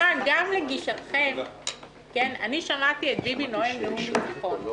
אני שמעתי את ביבי נואם נאום ניצחון.